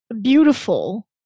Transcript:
beautiful